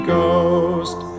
Ghost